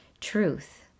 Truth